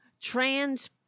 Trans